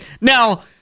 Now